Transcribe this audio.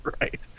right